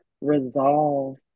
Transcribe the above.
resolve